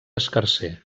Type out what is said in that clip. escarser